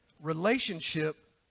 relationship